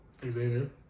Xavier